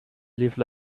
live